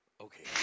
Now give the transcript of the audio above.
okay